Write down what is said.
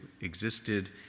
existed